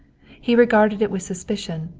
he regarded it with suspicion,